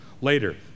later